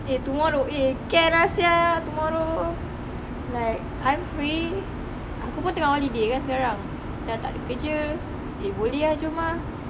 eh tomorrow eh can ah sia tomorrow like I'm free aku pun tengah holiday kan sekarang dah takda kerja eh boleh ah jom ah